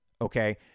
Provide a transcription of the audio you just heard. okay